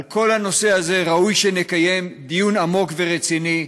על כל הנושא הזה ראוי שנקיים דיון עמוק ורציני,